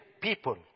people